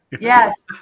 Yes